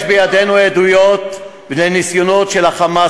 יש בידינו עדויות על ניסיונות של ה"חמאס",